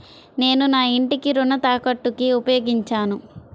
నేను నా ఇంటిని రుణ తాకట్టుకి ఉపయోగించాను